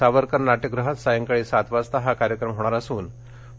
सावरकर नाट्यगृहात सायंकाळी सात वाजता हा कार्यक्रम होणार असून पु